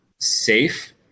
safe